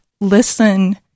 listen